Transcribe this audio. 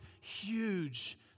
huge